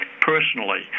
personally